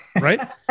Right